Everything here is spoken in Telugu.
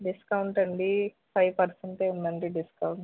డిస్కౌంట్ అండీ ఫైవ్ పెర్సెంటే ఉందండి డిస్కౌంట్